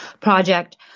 project